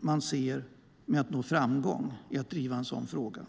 man ser med att nå framgång i att driva en sådan fråga.